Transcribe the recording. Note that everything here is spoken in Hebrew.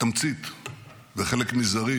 תמצית וחלק מזערי